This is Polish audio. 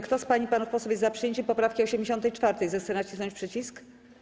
Kto z pań i panów posłów jest za przyjęciem poprawki 84., zechce nacisnąć przycisk.